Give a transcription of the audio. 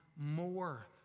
more